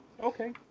Okay